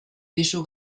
pisu